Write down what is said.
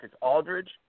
Aldridge